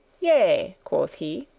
yea, quoth he.